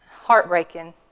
heartbreaking